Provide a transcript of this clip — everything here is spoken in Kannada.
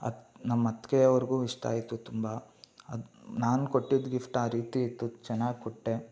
ಅತ್ ನಮ್ಮ ಅತ್ತಿಗೆ ಅವ್ರಿಗೂ ಇಷ್ಟ ಆಯಿತು ತುಂಬ ಅದು ನಾನು ಕೊಟ್ಟಿದ್ದ ಗಿಫ್ಟ್ ಆ ರೀತಿ ಇತ್ತು ಚೆನ್ನಾಗಿ ಕೊಟ್ಟೆ